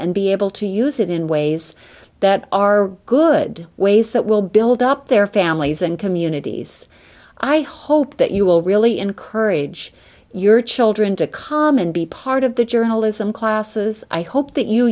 and be able to use it in ways that are good ways that will build up their families and communities i hope that you will really encourage your children to calm and be part of the journalism classes i hope